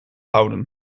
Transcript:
houden